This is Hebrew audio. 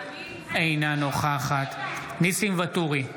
אינה נוכחת ניסים ואטורי,